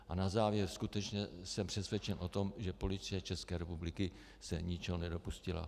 A na závěr: Skutečně jsem přesvědčen o tom, že Policie České republiky se ničeho nedopustila.